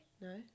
No